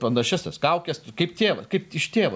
panašias tas kaukes kaip tėvas kaip iš tėvo